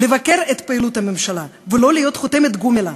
לבקר את פעילות הממשלה, ולא להיות חותמת גומי לה.